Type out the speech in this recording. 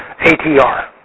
ATR